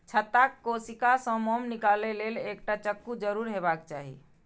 छत्ताक कोशिका सं मोम निकालै लेल एकटा चक्कू जरूर हेबाक चाही